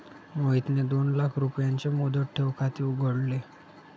मोहितने दोन लाख रुपयांचे मुदत ठेव खाते उघडले